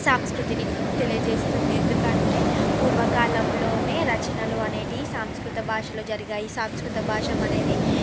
సాంస్కృతిని తెలియజేస్తుంది ఎందుకంటే పూర్వకాలంలోనే రచనలు అనేటివి సాంస్కృత భాషలో జరిగాయి సాంస్కృత భాషం అనేది